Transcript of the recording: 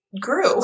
grew